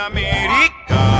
America